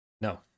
No